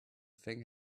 thing